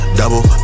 double